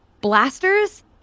blasters